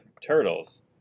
turtles